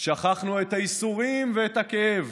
שכחנו את הייסורים, את הכאב